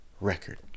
record